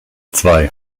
zwei